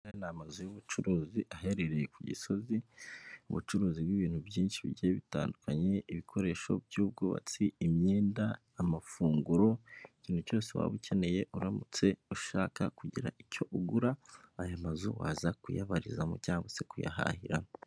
Ni amazu y'ubucuruzi aherereye ku Gisozi ubucuruzi bw'ibintu byinshi bigiye bitandukanye ibikoresho by'ubwubatsi imyenda, amafunguro ikintu cyose waba ukeneye uramutse ushaka kugira icyo ugura aya mazu waza kuyabarizamo cyangwa se kuyahahiramo.